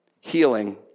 healing